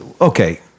Okay